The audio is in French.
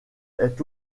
est